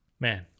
man